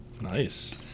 nice